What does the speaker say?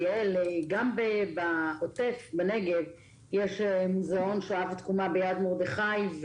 יעל, גם בעוטף בנגב יש מוזאון שואה ביד מרדכי.